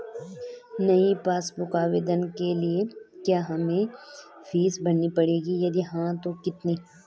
नयी passbook book आवेदन के लिए क्या हमें फीस भरनी पड़ेगी यदि हाँ तो कितनी?